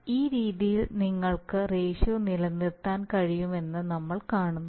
അതിനാൽ ഈ രീതിയിൽ നിങ്ങൾക്ക് റേഷ്യോ നിലനിർത്താൻ കഴിയുമെന്ന് നമ്മൾ കാണുന്നു